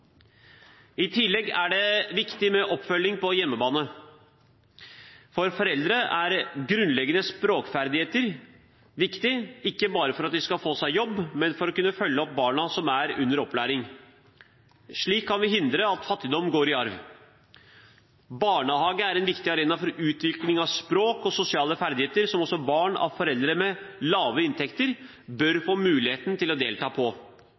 I tillegg er det viktig med oppfølging på hjemmebane. For foreldre er grunnleggende språkferdigheter viktig, ikke bare for at de skal få seg jobb, men for å kunne følge opp barna som er under opplæring. Slik kan vi hindre at fattigdom går i arv. Barnehagen er en viktig arena for utvikling av språk og sosiale ferdigheter som også barn av foreldre med lave inntekter bør få muligheten til å delta på.